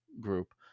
group